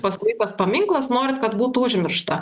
pastatytas paminklas norit kad būtų užmiršta